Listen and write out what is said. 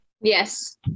Yes